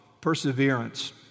perseverance